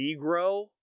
Negro